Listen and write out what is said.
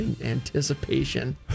Anticipation